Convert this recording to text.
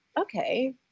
okay